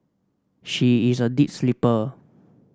she is a deep sleeper